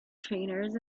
trainers